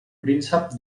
príncep